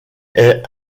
est